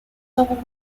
called